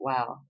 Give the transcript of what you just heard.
Wow